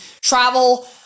travel